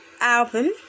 album